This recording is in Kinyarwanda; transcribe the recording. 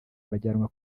bajyanwa